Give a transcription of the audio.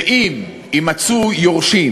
ואם יימצאו יורשים,